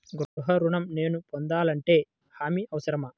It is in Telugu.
గృహ ఋణం నేను పొందాలంటే హామీ అవసరమా?